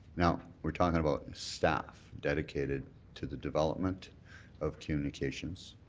now, we're talking about staff dedicated to the development of communications.